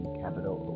capital